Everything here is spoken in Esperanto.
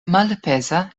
malpeza